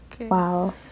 Wow